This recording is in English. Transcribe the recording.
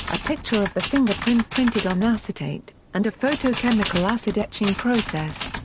a picture of the fingerprint printed on acetate, and a photochemical acid etching process.